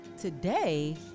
today